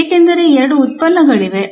ಏಕೆಂದರೆ ಎರಡು ಉತ್ಪನ್ನಗಳಿವೆ